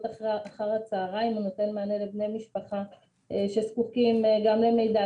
אחר הצהריים והוא נותן מענה לבני משפחה שזקוקים גם למידע,